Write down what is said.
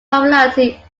popularity